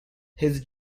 his